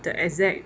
the exact